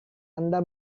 anda